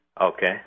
Okay